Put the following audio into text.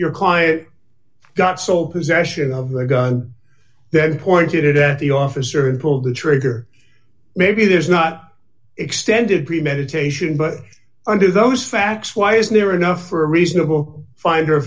your client got so possession of the gun pointed at the officer and pull the trigger maybe there's not extended premeditation under those facts why is near enough for a reasonable finder